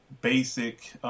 basic